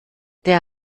der